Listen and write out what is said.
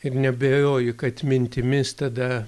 ir neabejoju kad mintimis tada